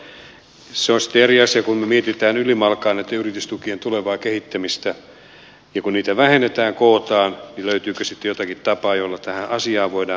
se on sitten eri asia kun me mietimme ylimalkaan näitten yritystukien tulevaa kehittämistä ja sitä kun niitä vähennetään kootaan löytyykö sitten jotakin tapaa jolla tähän asiaan voidaan puuttua